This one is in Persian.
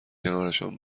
کنارشان